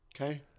okay